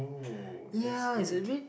woo that's good